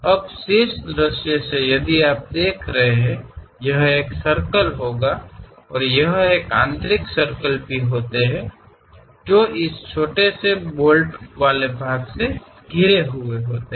अब शीर्ष दृश्य से यदि आप देख रहे हैं यह एक सर्कल होगा और यहा आंतरिक सर्कल भी होते हैं जो इस छोटे से बोल्ट वाले भागों से घिरे होते हैं